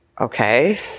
Okay